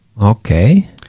Okay